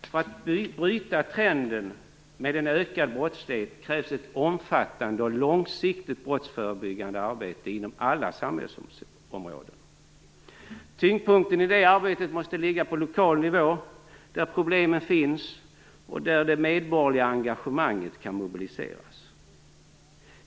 För att bryta trenden med ökad brottslighet krävs ett omfattande och långsiktigt brottsförebyggande arbete inom alla samhällsområden. Tyngdpunkten i det arbetet måste ligga på lokal nivå, där problemen finns och där det medborgerliga engagemanget kan mobiliseras.